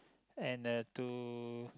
and uh to